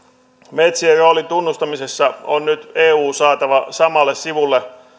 metsien roolin tunnustamisessa on nyt eu saatava samalle sivulle